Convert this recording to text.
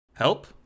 Help